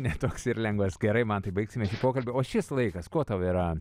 ne toks ir lengvas gerai mantai baigsime pokalbį o šis laikas kuo tau yra